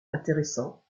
intéressant